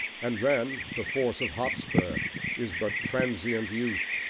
and then, the force of hotspur is but transient youth,